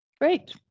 great